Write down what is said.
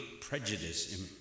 prejudice